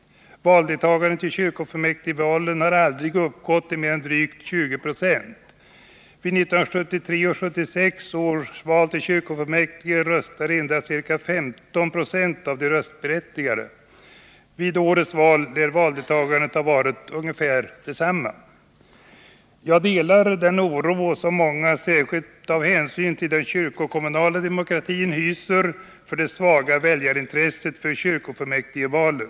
Valdeltagandet i kyrkofullmäktigvalen har aldrig uppgått till mer än drygt 20 96. Vid 1973 och 1976 års val till kyrkofullmäktige röstade endast ca 15 96 av de röstberättigade. Vid årets val lär valdeltagandet ha varit ungefär detsamma. Jag delar den oro som många särskilt av hänsyn till den kyrkokommunala demokratin hyser för det svaga väljarintresset för kyrkofullmäktigvalen.